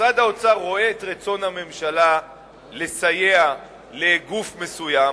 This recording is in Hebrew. משרד האוצר רואה את רצון הממשלה לסייע לגוף מסוים,